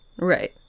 Right